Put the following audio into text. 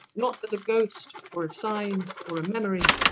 not as a ghost, or a sign, or a memory,